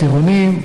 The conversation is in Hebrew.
הטירונים,